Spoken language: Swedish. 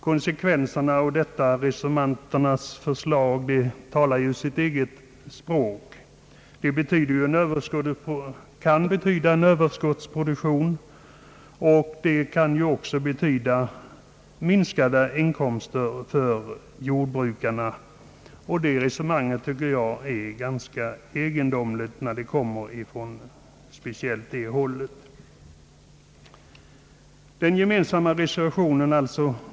Reservanternas förslag talar därför sitt eget tydliga språk — följden kan bli överskottsproduktion och minskade inkomster för jordbrukarna. Jag tycker därför att resonemanget är ganska egendomligt när det kommer från speciellt detta håll, jordbrukarna själva.